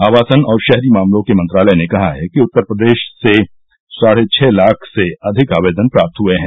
आवासन और शहरी मामलों के मंत्रालय ने कहा कि उत्तर प्रदेश से साढे छह लाख से अधिक आवेदन प्राप्त हए हैं